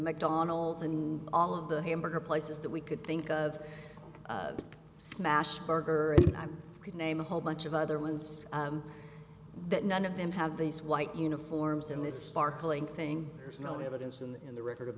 mcdonald's and all of the hamburger places that we could think of smashburger and i could name a whole bunch of other ones that none of them have these white uniforms in this sparkling thing there's no evidence in the record of